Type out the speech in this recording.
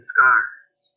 Scars